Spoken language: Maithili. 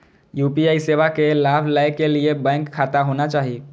यू.पी.आई सेवा के लाभ लै के लिए बैंक खाता होना चाहि?